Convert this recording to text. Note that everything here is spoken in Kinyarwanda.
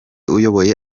uyoboye